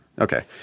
Okay